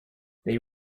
they